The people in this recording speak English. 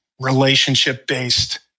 relationship-based